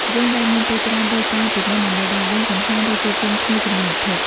យើងលែងមានពេលច្រើនដូចកាលពីមុនដើម្បីដើរលេង កម្សាន្ត ឬជួបជុំគ្នាជាមួយមិត្តភក្តិ។